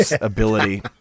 ability